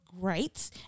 great